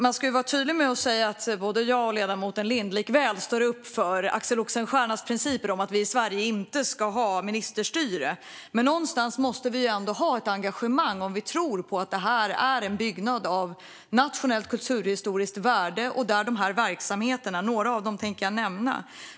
Jag ska vara tydlig och säga att både jag och ledamoten Lind står upp för Axel Oxenstiernas principer om att vi inte ska ha ministerstyre i Sverige. Men om vi någonstans tror på att det här är en byggnad av nationellt kulturhistoriskt värde måste vi ju ha ett engagemang.